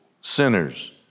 sinners